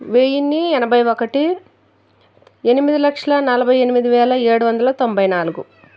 వెయ్యిన్ని ఎనభై ఒకటి ఎనిమిది లక్షల నలభై ఎనిమిది వేల ఏడువందల తొంభై నాలుగు